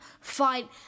fight